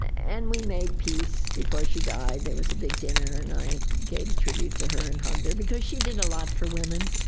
and we made peace before she died, there was a big dinner and i gave a tribute to her and hugged her, because she did a lot for women.